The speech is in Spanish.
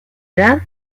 edad